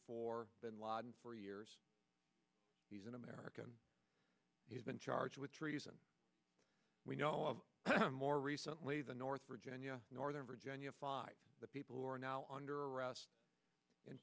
for bin laden for years he's an american he's been charged with treason we know more recently the north virginia northern virginia five people who are now under arrest in